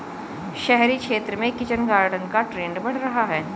शहरी क्षेत्र में किचन गार्डन का ट्रेंड बढ़ रहा है